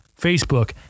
Facebook